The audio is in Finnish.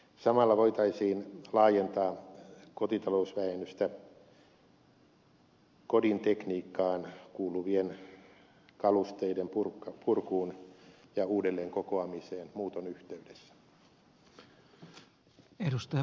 samalla voitaisiin laajentaa kotitalousvähennystä kodin tekniikkaan kuuluvien kalusteiden purkuun ja uudelleenkokoamiseen muuton yh teydessä